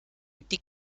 die